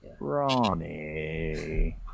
Ronnie